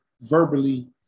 verbally